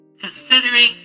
Considering